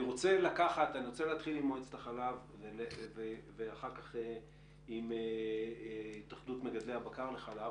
אני רוצה להתחיל במועצת החלב ואחר כך בהתאחדות מגדלי הבקר לחלב,